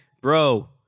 Bro